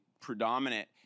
predominant